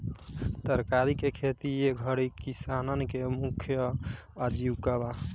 तरकारी के खेती ए घरी किसानन के मुख्य आजीविका बा